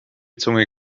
zunge